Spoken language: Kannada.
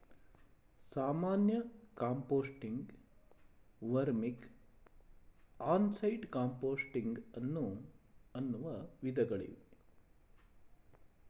ಸಾಮಾನ್ಯ composting, vermic, on site composting ಅನ್ನೂ ವಿಧಗಳಿವೆ